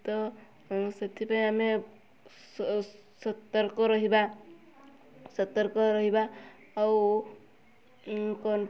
ତ ସେଥିପାଇଁ ଆମେ ସେ ସତର୍କ ରହିବା ସତର୍କ ରହିବା ସତର୍କ ରହିବା ଆଉ କ'ଣ